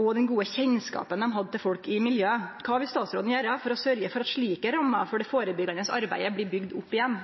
og den gode kjennskapen dei hadde til folk i miljøet. Kva vil statsråden gjere for å sørgje for at slike rammer for det førebyggjande arbeidet blir bygde opp igjen?